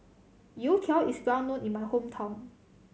youtiao is well known in my hometown